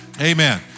Amen